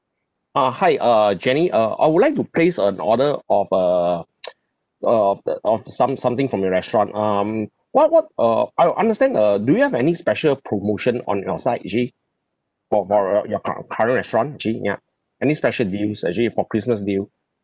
uh hi err jenny uh I would like to place an order of uh of the of some something from your restaurant um what what uh I understand uh do you have any special promotion on your side actually for for your cur~ current restaurant actually ya any special deals actually for christmas deal